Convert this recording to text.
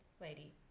Lady